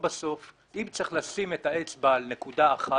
ואם צריך לשים את האצבע על נקודה אחת,